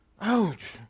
Ouch